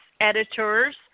editors